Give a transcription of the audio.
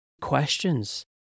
questions